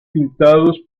pintados